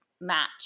match